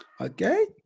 Okay